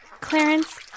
Clarence